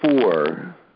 four